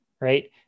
right